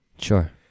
Sure